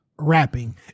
Rapping